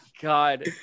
god